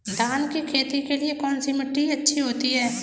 धान की खेती के लिए कौनसी मिट्टी अच्छी होती है?